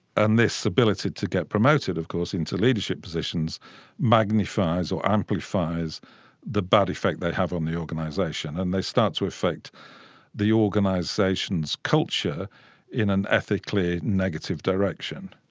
and this ability to get promoted of course into leadership positions magnifies or amplifies the bad effect they have on the organisation and they start to affect the organisation's culture in an ethically negative direction.